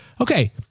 okay